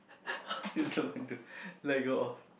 how do know when to let go of